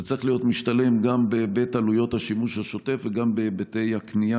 זה צריך להיות משתלם גם בהיבט עלויות השימוש השוטף וגם בהיבטי הקנייה,